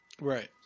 Right